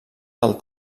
del